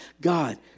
God